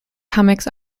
comix